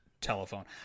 telephone